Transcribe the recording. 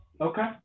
Okay